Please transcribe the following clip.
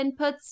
inputs